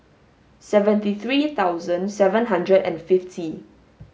seventy three thousand seven hundred and fifty